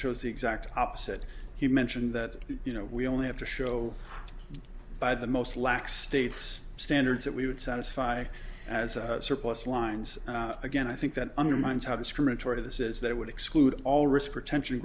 shows the exact opposite he mentioned that you know we only have to show by the most lax state's standards that we would satisfy as surplus lines again i think that undermines how discriminatory this is that would exclude all risk protection